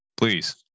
please